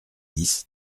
dix